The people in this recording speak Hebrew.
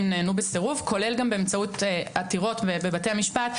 נענו בסירוב כולל גם באמצעות עתירות בבתי המשפט.